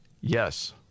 Yes